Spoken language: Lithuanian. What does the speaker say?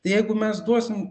tai jeigu mes duosim